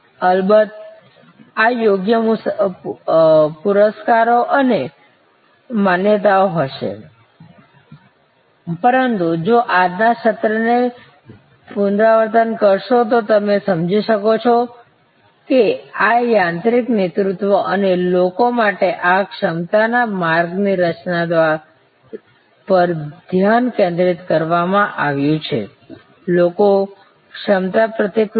અલબત્ત આ યોગ્ય પુરસ્કારો અને માન્યતાઓ હશે પરંતુ જો આજ ના સત્ર ને પુનરાવર્તન કરશો તો તમે સમજી શકશો કે આ યાંત્રિક નેતૃત્વ અને લોકો માટે આ ક્ષમતાના માર્ગની રચના પર ધ્યાન કેન્દ્રિત કરવામાં આવ્યું છે લોકો ક્ષમતાપ્રતિકૃતિ